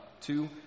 Two